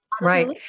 right